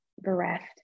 bereft